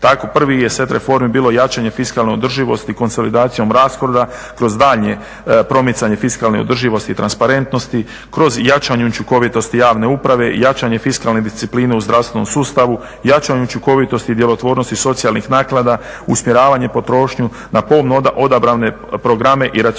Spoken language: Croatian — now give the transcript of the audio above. prvi set reformi je jačanje fiskalne održivosti i konsolidacijom rashoda kroz daljnje promicanje fiskalne održivosti i transparentnosti kroz jačanje učinkovitosti javne uprave i jačanje fiskalne discipline u zdravstvenom sustavu, jačanje učinkovitosti i djelotvornosti socijalnih naknada, usmjeravanje potrošnje na pomno odabrane programe i racionalizaciju